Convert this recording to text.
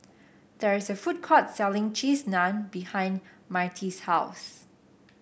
there is a food court selling Cheese Naan behind Myrtie's house